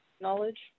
Knowledge